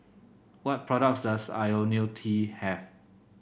what products does IoniL T have